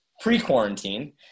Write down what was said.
pre-quarantine